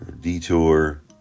detour